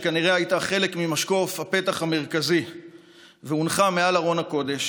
שכנראה הייתה חלק ממשקוף הפתח המרכזי והונחה מעל ארון הקודש,